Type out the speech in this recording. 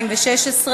התשע"ו 2016,